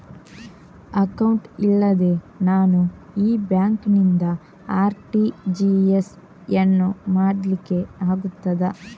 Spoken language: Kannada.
ಅಕೌಂಟ್ ಇಲ್ಲದೆ ನಾನು ಈ ಬ್ಯಾಂಕ್ ನಿಂದ ಆರ್.ಟಿ.ಜಿ.ಎಸ್ ಯನ್ನು ಮಾಡ್ಲಿಕೆ ಆಗುತ್ತದ?